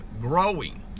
growing